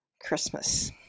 Christmas